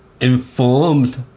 informed